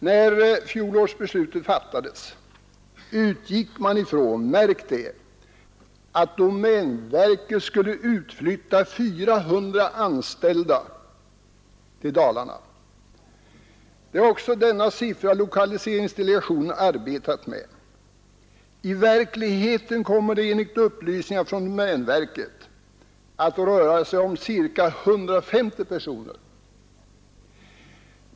När fjolårsbeslutet fattades utgick man ifrån — märk det — att domänverket skulle utflytta 400 anställda till Dalarna. Det är också denna siffra lokaliseringsdelegationen har arbetat med. I verkligheten kommer det enligt upplysningar från domänverket att röra sig om ca 150 personer.